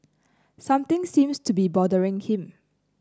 something seems to be bothering him